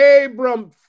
Abram